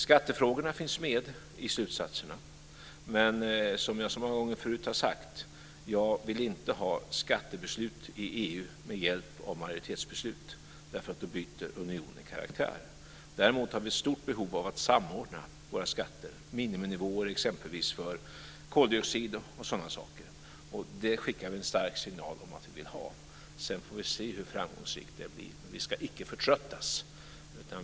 Skattefrågorna finns med i slutsatserna, men, som jag har sagt så många gånger förut, jag vill inte ha skattebeslut i EU med hjälp av majoritetsbeslut. Då byter unionen karaktär. Däremot har vi ett stort behov av att samordna våra skatter, t.ex. miniminivåer för koldioxidutsläpp och sådan saker. Vi skickar en stark signal om att vi vill ha detta. Sedan får vi se hur framgångsrikt det blir. Men vi ska icke förtröttas.